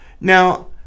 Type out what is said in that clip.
now